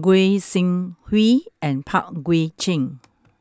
Goi Seng Hui and Pang Guek Cheng